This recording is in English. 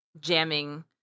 jamming